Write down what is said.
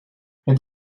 het